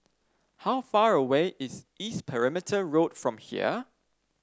how far away is East Perimeter Road from here